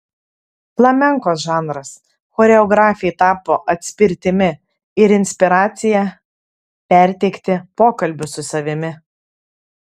flamenko žanras choreografei tapo atspirtimi ir inspiracija perteikti pokalbius su savimi